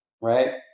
right